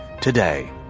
today